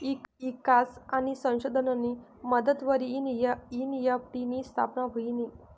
ईकास आणि संशोधननी मदतवरी एन.ई.एफ.टी नी स्थापना व्हयनी